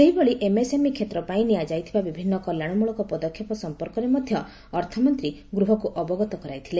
ସେହିଭଳି ଏମ୍ଏସ୍ଏମ୍ଇ କ୍ଷେତ୍ର ପାଇଁ ନିଆଯାଇଥିବା ବିଭିନ୍ନ କଲ୍ୟାଣମୂଳକ ପଦକ୍ଷେପ ସମ୍ପର୍କରେ ମଧ୍ୟ ଅର୍ଥମନ୍ତ୍ରୀ ଗୃହକୁ ଅବଗତ କରାଇଥିଲେ